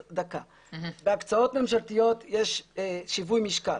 בהקצאות ממשלתיות יש שיווי משקל.